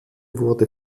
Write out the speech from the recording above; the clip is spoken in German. wurde